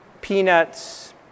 peanuts